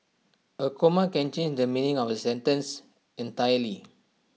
A comma can change the meaning of A sentence entirely